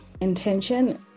intention